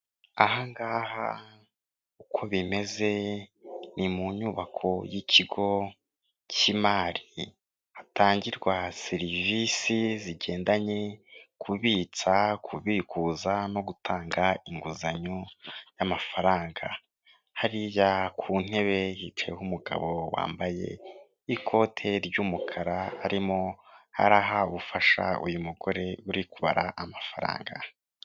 Ahangaha uko bimeze ni mu nyubako y'ikigo cy'imari hatangirwa serivisi zigendanye kubitsa kubikuza no gutanga inguzanyo y'amafaranga, hariya ku ntebe yicaye umugabo wambaye ikote ry'umukara arimo haraha ubufasha uyu mugore uri kubara amafaranga.